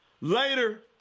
Later